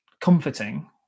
comforting